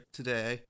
today